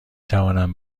توانم